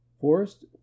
Forest